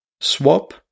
swap